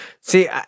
See